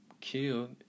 killed